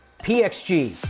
PXG